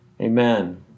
amen